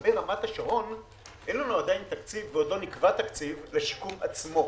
לגבי רמת השרון אין לנו עדיין תקציב ועוד לא נקבע תקציב לשיקום עצמו,